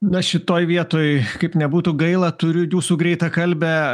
na šitoj vietoj kaip nebūtų gaila turiu jūsų greitakalbę